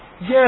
Yes